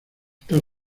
está